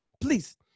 please